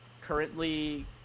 currently